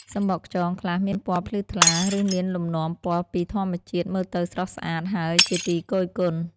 សំបកខ្យងខ្លះមានពណ៌ភ្លឺថ្លា ឬមានលំនាំពណ៌ពីធម្មជាតិ មើលទៅស្រស់ស្អាត ហើយជាទីគយគន់។